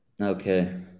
Okay